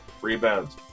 rebounds